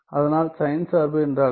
அதனால் சைன் சார்பு என்றால் என்ன